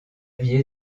vie